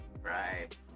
right